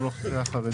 גם לאוכלוסייה החרדית.